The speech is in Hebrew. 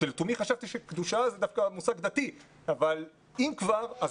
לתומי חשבתי שקדושה זה דווקא מושג דתי אבל אם כבר,